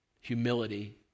Humility